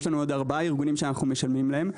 יש עוד ארבעה ארגונים שאנחנו משלמים להם.